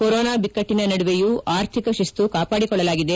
corona ಬಿಕ್ಕಟ್ಟಿನ ನಡುವೆಯೂ ಆರ್ಥಿಕ ಶಿಸ್ತು ಕಾಪಾಡಿಕೊಳ್ಳಲಾಗಿದೆ